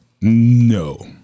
No